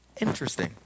interesting